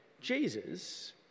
Jesus